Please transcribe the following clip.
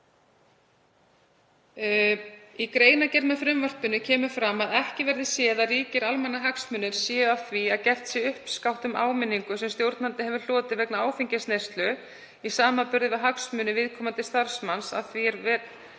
Í greinargerð með frumvarpinu kemur fram að ekki verði séð að ríkir almannahagsmunir séu af því að gert sé uppskátt um áminningu sem stjórnandi hefur hlotið vegna áfengisneyslu í samanburði við hagsmuni viðkomandi starfsmanns af því að vera